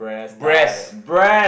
breast